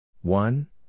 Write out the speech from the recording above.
one